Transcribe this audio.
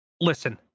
listen